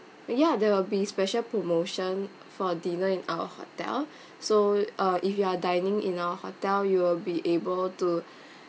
ya there will be special promotion for dinner in our hotel so uh if you are dining in our hotel you will be able to